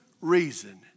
reason